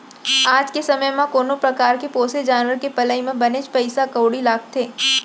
आज के समे म कोनो परकार के पोसे जानवर के पलई म बनेच पइसा कउड़ी लागथे